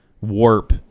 warp